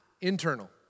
internal